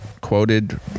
quoted